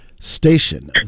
station